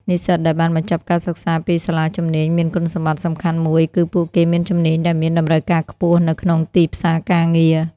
និស្សិតដែលបានបញ្ចប់ការសិក្សាពីសាលាជំនាញមានគុណសម្បត្តិសំខាន់មួយគឺពួកគេមានជំនាញដែលមានតម្រូវការខ្ពស់នៅក្នុងទីផ្សារការងារ។